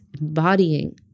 embodying